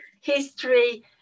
history